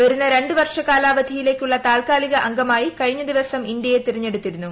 വരുന്ന രണ്ട് വർഷ കാലാവധിയിലേക്കുള്ള് ്താത്കാലിക അംഗമായി കഴിഞ്ഞ ദിവസം ഇന്ത്യയെ തെരഞ്ഞെടുത്തിരുന്നു